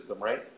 right